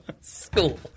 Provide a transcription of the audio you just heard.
School